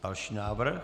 Další návrh.